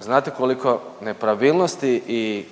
Znate koliko nepravilnosti i